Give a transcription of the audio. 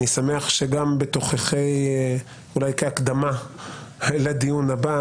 אולי כהקדמה לדיון הבא,